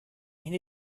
and